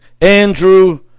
Andrew